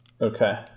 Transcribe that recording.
Okay